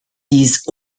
dies